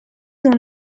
dans